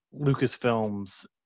Lucasfilms